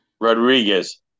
Rodriguez